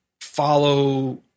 follow